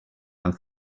are